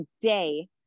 day